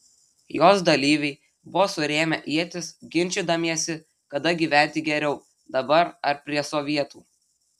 jos dalyviai buvo surėmę ietis ginčydamiesi kada gyventi geriau dabar ar prie sovietų